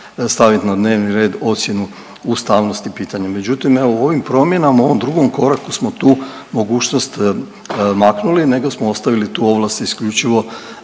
stavit na dnevni red ocjenu ustavnosti pitanja, međutim evo u ovim promjenama, u ovom drugom koraku smo tu mogućnost maknuli, nego smo ostavili tu ovlast isključivo